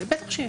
בטח שיש.